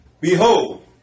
behold